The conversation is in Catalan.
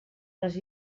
les